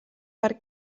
per